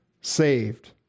saved